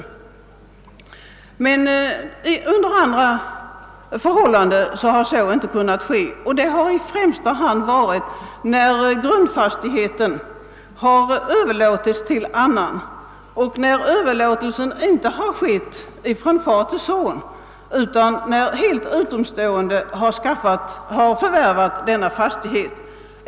I en del fall har dock så inte skett. Detta har främst inträffat när grundfastighaten överlåtits på annat sätt än från far till son, d. v. s. när helt utomstående förvärvat fastigheten.